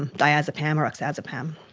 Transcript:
diazepam or oxazepam.